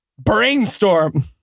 brainstorm